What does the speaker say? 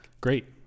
Great